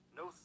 no